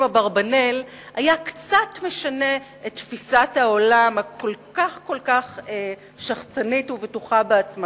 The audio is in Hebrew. "אברבנאל" היה משנה מעט את תפיסת העולם הכל-כך-כל-כך שחצנית ומנותקת,